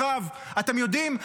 אתם יודעים,